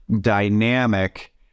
dynamic